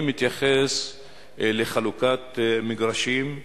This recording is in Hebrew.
אני מתייחס לחלוקת מגרשים,